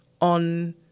on